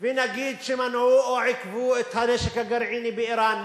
ונגיד שמנעו או עיכבו את הנשק הגרעיני באירן,